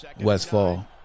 Westfall